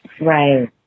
Right